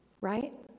Right